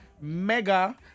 Mega